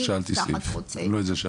לא שאלתי סעיף, לא את זה שאלתי.